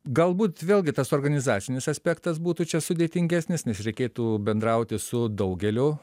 galbūt vėlgi tas organizacinis aspektas būtų čia sudėtingesnis nes reikėtų bendrauti su daugeliu